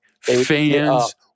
Fans